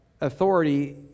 authority